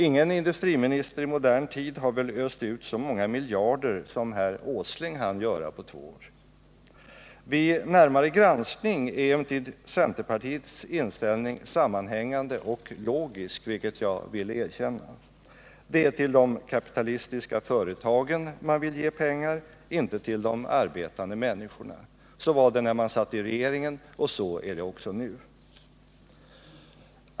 Ingen industriminister i modern tid har väl öst ut så många miljarder som herr Åsling hann göra på två år. Vid närmare granskning finner man emellertid att centerpartiets inställning är sammanhängande och logisk, vilket jag vill erkänna. Det är till de kapitalistiska företagen man vill ge pengar, inte till de arbetande människorna. Så var det när man satt i regeringen och så är det också nu.